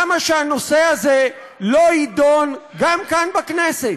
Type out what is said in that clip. למה שהנושא הזה לא יידון גם כאן, בכנסת?